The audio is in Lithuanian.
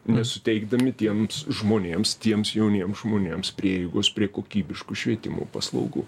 nesuteikdami tiems žmonėms tiems jauniem žmonėms prieigos prie kokybiškų švietimo paslaugų